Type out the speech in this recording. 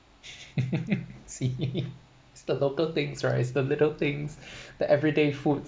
see it's the local things right it's the little things that everyday food